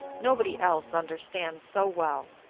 nobody else understands so well.